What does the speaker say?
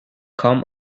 kaum